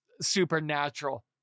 supernatural